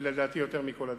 לדעתי, יותר מכל הדברים.